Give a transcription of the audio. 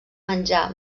menjar